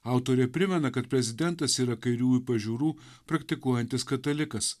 autorė primena kad prezidentas yra kairiųjų pažiūrų praktikuojantis katalikas